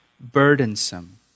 burdensome